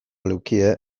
lukete